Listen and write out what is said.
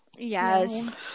Yes